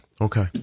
Okay